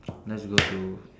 let's go to